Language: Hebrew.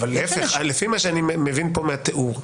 לפי מה שאני מבין פה מהתיאור,